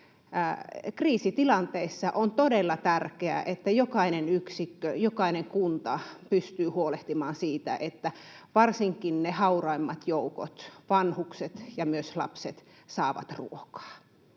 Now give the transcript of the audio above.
Kriisitilanteissa on todella tärkeää, että jokainen yksikkö, jokainen kunta, pystyy huolehtimaan siitä, että varsinkin ne hauraimmat joukot, vanhukset ja myös lapset, saavat ruokaa.